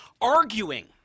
arguing